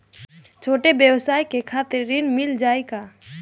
छोट ब्योसाय के खातिर ऋण मिल जाए का?